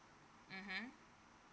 mmhmm